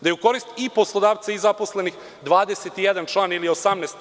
Da je u korist i poslodavca i zaposlenog izmenjen 21 član ili 18%